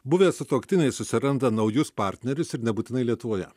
buvę sutuoktiniai susiranda naujus partnerius ir nebūtinai lietuvoje